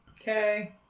Okay